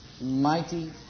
Mighty